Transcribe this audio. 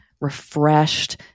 refreshed